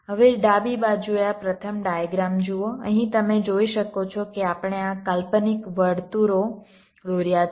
હવે ડાબી બાજુએ આ પ્રથમ ડાયગ્રામ જુઓ અહીં તમે જોઈ શકો છો કે આપણે આ કાલ્પનિક વર્તુળો દોર્યા છે